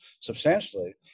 substantially